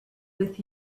with